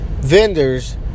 vendors